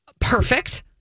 perfect